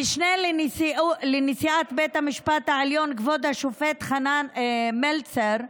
המשנה לנשיאת בית המשפט העליון כבוד השופט חנן מלצר,